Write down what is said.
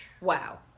Wow